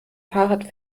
fahrrad